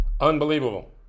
unbelievable